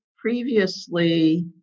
previously